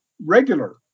regular